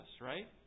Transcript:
right